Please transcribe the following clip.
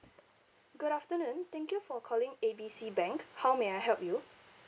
good afternoon thank you for calling A B C bank how may I help you